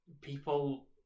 people